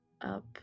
up